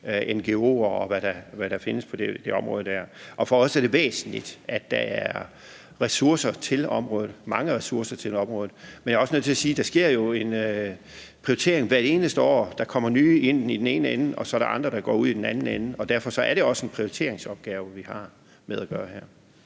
ngo'er, og hvad der findes på det område. For os er det væsentligt, at der er ressourcer til området – mange ressourcer til området – men jeg er også nødt til at sige, at der jo sker en prioritering hvert eneste år. Der kommer nye ind i den ene ende, og så er der andre, der går ud i den anden ende. Derfor er det også en prioriteringsopgave, vi har at gøre med